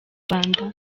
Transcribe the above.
rwanda